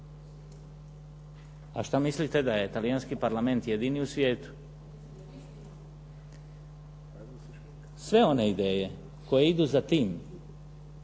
A što mislite da je Talijanski parlament jedini u svijetu? Sve one ideje koje idu za tim